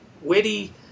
witty